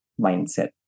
mindset